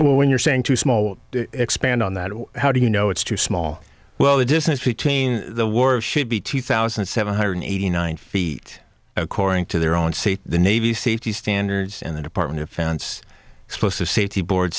when you're saying to small expand on that how do you know it's too small well the distance between the wars should be two thousand seven hundred eighty nine feet according to their own state the navy safety standards and the department of defense explosive safety board